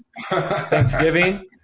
Thanksgiving